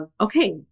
okay